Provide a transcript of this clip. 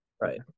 Right